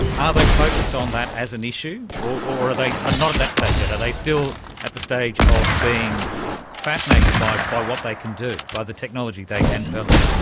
are they focused on that as an issue or are they not at that stage yet are they still at the stage of being fascinated by by what they can do, by the technology they can develop?